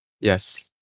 Yes